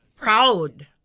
proud